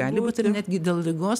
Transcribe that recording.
gali būt ir netgi dėl ligos